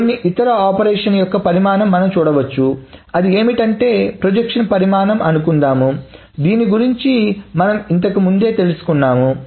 ఇప్పుడు కొన్ని ఇతర ఆపరేషన్ యొక్క పరిమాణం మనం చూడవచ్చు అది ఏమిటంటే ప్రొజెక్షన్ పరిమాణం అనుకుందాం దీని గురించి మనం ఇంతకు ముందే తెలుసుకున్నాము